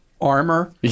armor